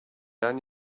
anni